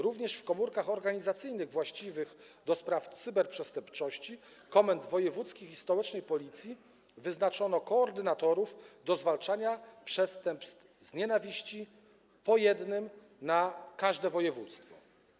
Również w komórkach organizacyjnych właściwych do spraw cyberprzestępczości komend wojewódzkich i komendy stołecznej Policji wyznaczono koordynatorów do zwalczania przestępstw z nienawiści, po jednym na każde województwo.